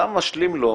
אתה משלים לו,